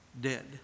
dead